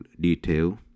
detail